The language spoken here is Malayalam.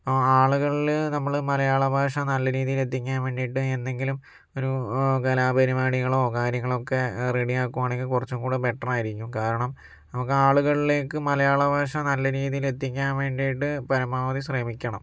ആളുകളില് നമ്മള് മലയാളഭാഷ നല്ല രീതില് എത്തിക്കാൻ വേണ്ടീട്ടിട്ട് എന്തെങ്കിലും ഒരു കല പരിപാടികളോ കാര്യങ്ങളോ ഒക്കെ റെഡി ആക്കുവാണെങ്കിൽ കുറച്ചും കൂടെ ബെറ്റാറായിരിക്കും കാരണം നമുക്ക് ആളുകളിലേക്ക് മലയാളഭാഷ നല്ല രീതില്ത്തിക്കാൻ വേണ്ടീട്ടിട്ട് പരമാവധി ശ്രമിക്കണം